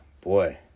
boy